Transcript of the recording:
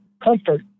comfort